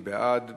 מי בעד?